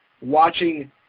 watching